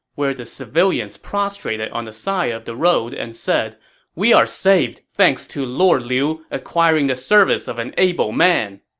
where the civilians prostrated on the side of the road, and saying, we are saved thanks to lord liu acquiring the service of an able man!